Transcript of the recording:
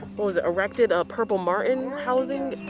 was it erected purple martin housing.